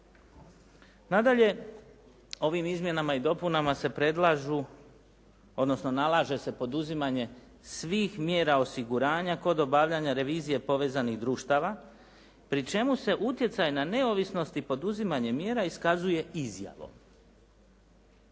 Nadalje, ovim izmjenama i dopunama se predlažu odnosno nalaže se poduzimanje svih mjera osiguranja kod obavljanja revizije povezanih društava pri čemu se utjecaj na neovisnost i poduzimanje mjera iskazuje izjavom.